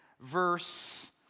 verse